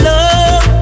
Love